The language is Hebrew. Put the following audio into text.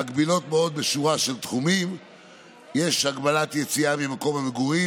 היו 2,000 מאומתים,